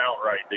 outright